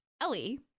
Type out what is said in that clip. Ellie